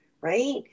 Right